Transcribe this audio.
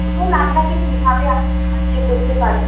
বলুন আপনাকে কীভাবে আমি সাহায্য করতে পারি